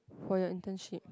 for your internship